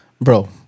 bro